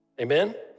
Amen